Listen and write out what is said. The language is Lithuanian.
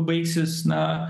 baigsis na